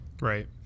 Right